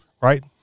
right